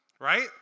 right